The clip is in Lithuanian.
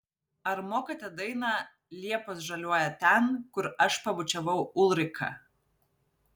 ar mokate dainą liepos žaliuoja ten kur aš pabučiavau ulriką